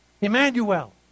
Emmanuel